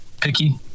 picky